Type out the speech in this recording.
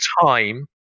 time